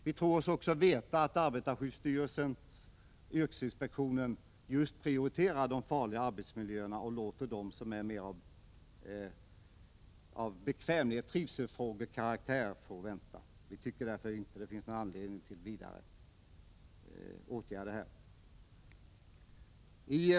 Vi tror oss också veta att arbetarskyddsstyrelsen och yrkesinspektionen prioriterar verksamheten just till de farliga arbetsmiljöerna och låter frågor som mera är av bekvämlighetsoch trivselkaraktär vänta. Vi anser därför inte att det finns någon anledning till vidare åtgärder på den här punkten.